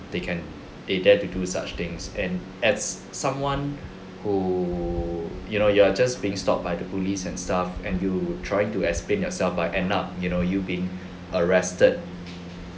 they can they dare to do such things and as someone who you know you're just being stopped by the police and stuff and you trying to explain yourself but end up you know you being arrested